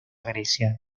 grecia